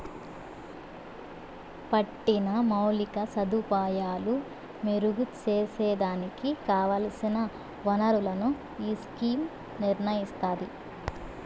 పట్టిన మౌలిక సదుపాయాలు మెరుగు సేసేదానికి కావల్సిన ఒనరులను ఈ స్కీమ్ నిర్నయిస్తాది